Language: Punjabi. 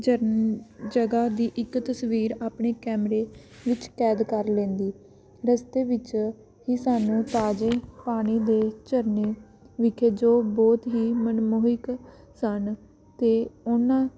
ਜਰਨ ਜਗ੍ਹਾ ਦੀ ਇੱਕ ਤਸਵੀਰ ਆਪਣੇ ਕੈਮਰੇ ਵਿੱਚ ਕੈਦ ਕਰ ਲੈਂਦੀ ਰਸਤੇ ਵਿੱਚ ਹੀ ਸਾਨੂੰ ਤਾਜ਼ੇ ਪਾਣੀ ਦੇ ਝਰਨੇ ਵਿਖੇ ਜੋ ਬਹੁਤ ਹੀ ਮਨਮੋਹਕ ਸਨ ਅਤੇ ਉਹਨਾਂ